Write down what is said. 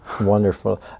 Wonderful